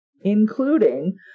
including